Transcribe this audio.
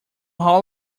how